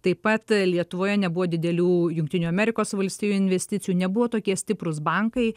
taip pat lietuvoje nebuvo didelių jungtinių amerikos valstijų investicijų nebuvo tokie stiprūs bankai